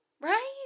Right